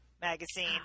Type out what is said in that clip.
magazine